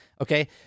okay